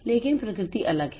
लेकिन प्रकृति अलग है